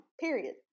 period